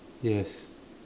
yes